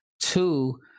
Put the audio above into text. Two –